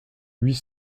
huit